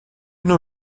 nos